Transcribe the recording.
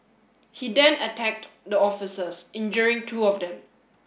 he then attacked the officers injuring two of them